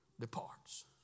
departs